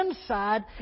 inside